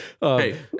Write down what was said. Hey